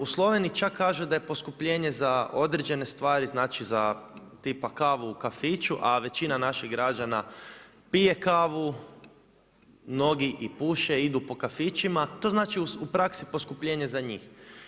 U Sloveniji čak kažu da je poskupljenje za određene stvari, znači za tipa kavu u kafiću a većina naših građana pije kavu, mnogi i puše, idu po kafićima, to znači u praksi poskupljenje za njih.